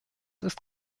ist